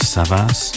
Savas